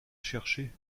cherché